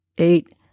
Eight